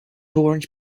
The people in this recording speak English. orange